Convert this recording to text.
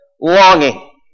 longing